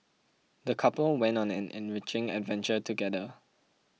the couple went on an enriching adventure together